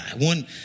one